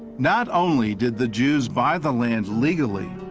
not only did the jews buy the land legally,